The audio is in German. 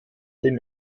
dem